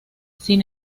sin